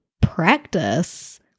practice